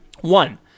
One